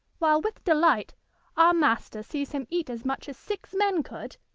while with delight our master sees him eat as much as six men could